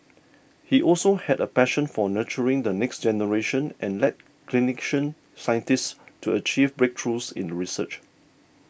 he also had a passion for nurturing the next generation and led Clinician Scientists to achieve breakthroughs in research